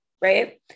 right